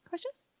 Questions